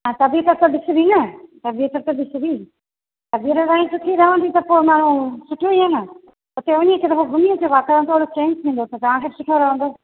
हा तबियत त ॾिस बि ना तबियत त ॾिस बि तबियत तहांजी सुठी रवंदी त पो माण्हू सुठियूं इअं न हुते वञी हिकु दफ़ो घुमी अचो वातावरण थोरो चेंज थींदो त तहांखे सुठो रहंदो